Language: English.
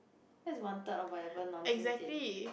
that's one third of whatever nonsense they